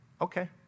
Okay